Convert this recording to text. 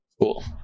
cool